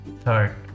third